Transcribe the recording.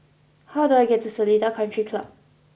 how do I get to Seletar Country Club